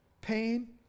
pain